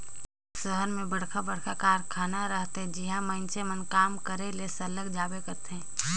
सहर मन में बड़खा बड़खा कारखाना रहथे जिहां मइनसे मन काम करे ले सरलग जाबे करथे